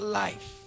life